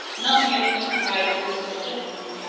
not merely to provide for his subsistence,